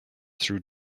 through